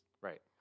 Right